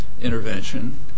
intervention